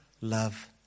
love